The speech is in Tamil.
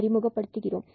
அறிமுகப்படுத்துகிறோம்